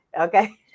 Okay